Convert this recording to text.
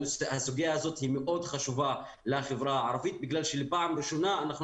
הסוגיה הזאת היא מאוד חשובה לחברה הערבית בגלל שפעם ראשונה אנחנו